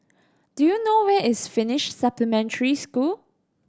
do you know where is Finnish Supplementary School